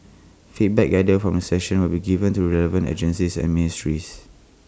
feedback gathered from the session will be given to the relevant agencies and ministries